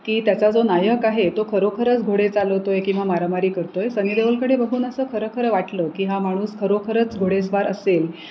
की त्याचा जो नायक आहे तो खरोखरच घोडे चालवतो आहे किंवा मारामारी करतो आहे सनी देवोलकडे बघून असं खरंखरं वाटलं की हा माणूस खरोखरच घोडेस्वार असेल